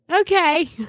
Okay